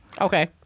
okay